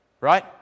Right